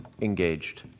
engaged